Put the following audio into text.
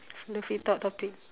the free talk topic